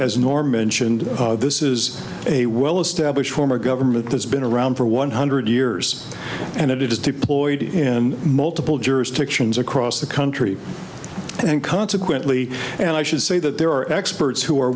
as nor mentioned this is a well established former government that's been around for one hundred years and it is deployed in multiple jurisdictions across the country and consequently and i should say that there are experts who are